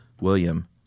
William